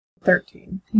Thirteen